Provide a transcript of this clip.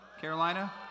Carolina